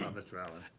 mr. allen,